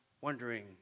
wondering